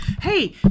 Hey